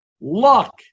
luck